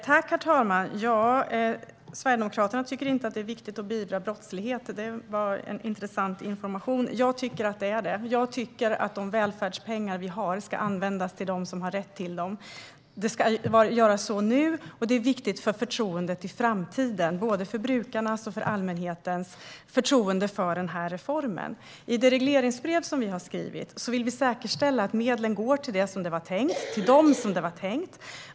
Herr talman! Sverigedemokraterna tycker inte att det är viktigt att beivra brottslighet - det var en intressant information. Jag tycker att det är det. Jag tycker att de välfärdspengar vi har ska användas för dem som har rätt till dem. Det ska göras så nu, och det är viktigt för förtroendet i framtiden, både brukarnas och allmänhetens förtroende för reformen. I det regleringsbrev som vi har skrivit vill vi säkerställa att medlen går till det som det var tänkt och till dem som det var tänkt.